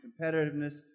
competitiveness